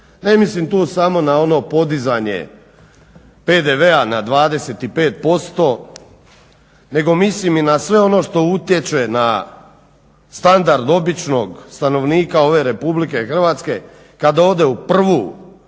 Ne mislim tu samo na ono podizanje PDV-a na 25%, nego mislim i na sve ono što utječe na standard običnog stanovnika ove Republike Hrvatske kada ode u prvu